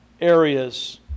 areas